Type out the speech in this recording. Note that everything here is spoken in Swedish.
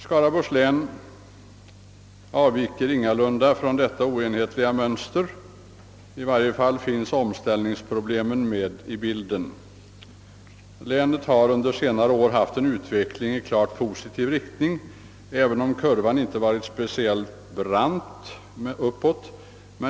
Skaraborgs län avviker ingalunda från detta mönster; i varje fall finns omställningsproblemen med i bilden. Länet har under senare år undergått en klart positiv utveckling, även om utvecklingskurvan inte gått speciellt brant uppåt.